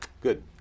Good